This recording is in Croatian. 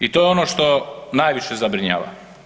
I to je ono što najviše zabrinjava.